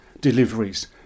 deliveries